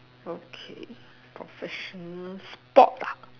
okay professional sport lah